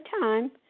time